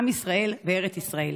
עם ישראל בארץ ישראל